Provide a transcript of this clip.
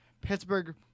Pittsburgh